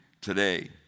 today